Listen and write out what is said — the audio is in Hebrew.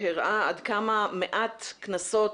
שהראה עד כמה מעט קנסות